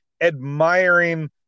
admiring